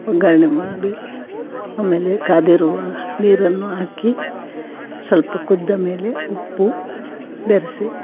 ಒಗ್ಗರಣೆ ಮಾಡಿ ಆಮೇಲೆ ಕಾದಿರುವ ನೀರನ್ನು ಹಾಕಿ ಸ್ವಲ್ಪ ಕುದಿದ ಮೇಲೆ ಉಪ್ಪು ಬೆರೆಸಿ